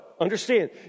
understand